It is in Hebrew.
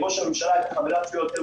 תענה בינתיים על כל השאלות,